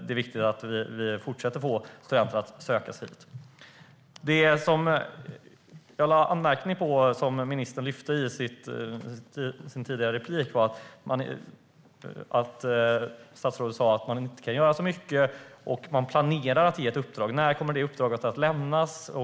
I sitt tidigare inlägg sa ministern att man inte kan göra så mycket och att man planerar att ge ett uppdrag. När kommer detta uppdrag att ges?